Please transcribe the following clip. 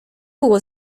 było